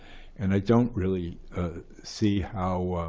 and i don't really see how